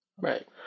Right